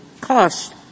cost